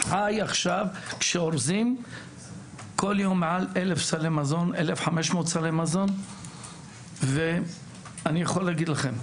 עכשיו שאורזים כל יום מעל 1,500 סלי מזון ואני יכול להגיד לכם,